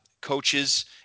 coaches